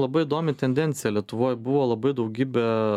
labai įdomi tendencija lietuvoj buvo labai daugybė